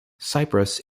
cyprus